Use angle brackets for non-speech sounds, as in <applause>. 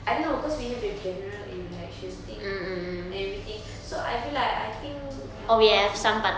I don't know because we have the general election thing and everything so I feel like I think <noise>